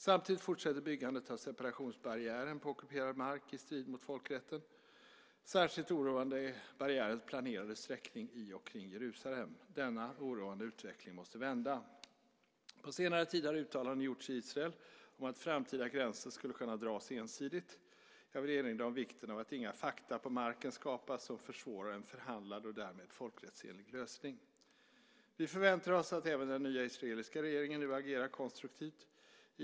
Samtidigt fortsätter byggandet av separationsbarriären på ockuperad mark i strid med folkrätten. Särskilt oroande är barriärens planerade sträckning i och kring Jerusalem. Denna oroande utveckling måste vända. På senare tid har uttalanden gjorts i Israel om att framtida gränser skulle kunna dras ensidigt. Jag vill erinra om vikten av att inga fakta på marken skapas som försvårar en förhandlad, och därmed folkrättsenlig, lösning. Vi förväntar oss att även den nya israeliska regeringen nu agerar konstruktivt.